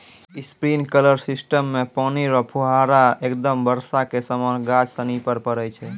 sprinkler system मे पानी रो फुहारा एकदम बर्षा के समान गाछ सनि पर पड़ै छै